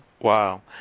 Wow